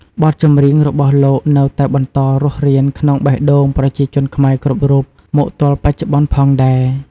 បទចម្រៀងរបស់លោកនៅតែបន្តរស់រានក្នុងបេះដូងប្រជាជនខ្មែរគ្រប់រូបមកទល់បច្ចុប្បន៍ផងដែរ ។